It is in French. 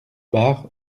bar